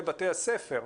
לבתי הספר.